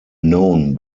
known